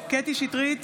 קטי קטרין שטרית,